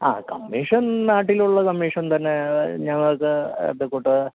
ആ കമ്മീഷൻ നാട്ടിലുള്ള കമ്മിഷൻ തന്നെ ഞങ്ങൾക്ക് ഇതെ കൂട്ട്